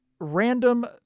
random